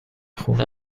خونه